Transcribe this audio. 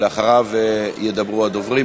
ואחריו ידברו הדוברים.